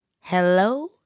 Hello